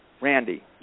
Randy